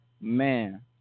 man